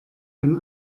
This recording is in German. ein